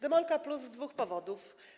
Demolka+ z dwóch powodów.